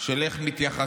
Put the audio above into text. של איך מתייחסים